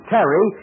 Terry